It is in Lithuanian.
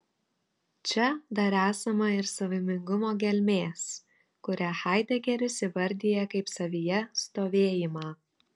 čia dar esama ir savaimingumo gelmės kurią haidegeris įvardija kaip savyje stovėjimą